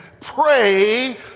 pray